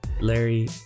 larry